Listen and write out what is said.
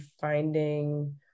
finding